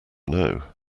know